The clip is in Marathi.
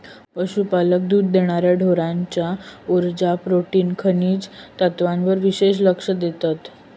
पशुपालक दुध देणार्या ढोरांच्या उर्जा, प्रोटीन, खनिज तत्त्वांवर विशेष लक्ष देतत